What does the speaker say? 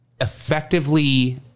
effectively